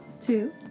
Two